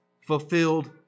fulfilled